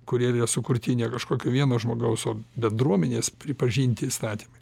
kodėl jie sukurti ne kažkokio vieno žmogaus o bendruomenės pripažinti įstatymai